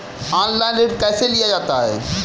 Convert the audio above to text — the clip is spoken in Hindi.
ऑनलाइन ऋण कैसे लिया जाता है?